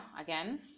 again